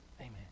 Amen